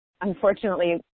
unfortunately